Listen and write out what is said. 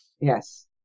Yes